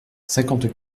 cinquante